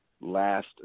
Last